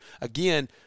Again